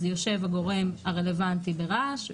אז יושב הגורם הרלוונטי לרעש.